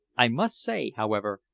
i must say, however,